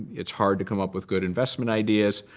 it's hard to come up with good investment ideas.